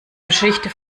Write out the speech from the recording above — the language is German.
geschichte